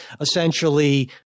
essentially